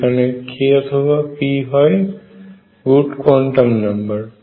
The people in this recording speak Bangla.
যেখানে k অথবা p হয় গুড কোয়ান্টাম নাম্বার